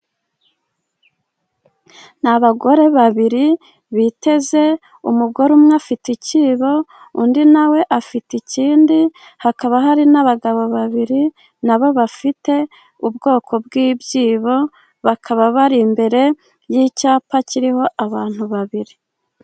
Ni abagore babiri biteze. Umugore umwe afite icyibo undi nawe afite ikindi. Hakaba hari n'abagabo babiri na bo bafite ubwoko bw'ibyibo, bakaba bari imbere y'icyapa kiriho abantu babiri.